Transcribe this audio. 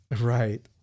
Right